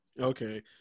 Okay